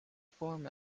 form